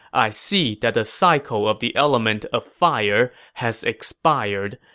i see that the cycle of the element of fire has expired,